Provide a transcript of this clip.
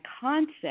concept